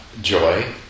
joy